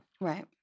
Right